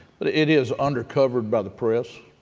but it is undercovered by the press.